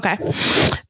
Okay